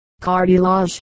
Cartilage